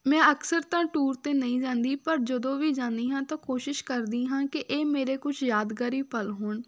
ਮੈਂ ਅਕਸਰ ਤਾਂ ਟੂਰ 'ਤੇ ਨਹੀਂ ਜਾਂਦੀ ਪਰ ਜਦੋਂ ਵੀ ਜਾਂਦੀ ਹਾਂ ਤਾਂ ਕੋਸ਼ਿਸ਼ ਕਰਦੀ ਹਾਂ ਕਿ ਇਹ ਮੇਰੇ ਕੁਛ ਯਾਦਗਾਰੀ ਪਲ ਹੋਣ